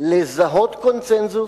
לזהות קונסנזוס,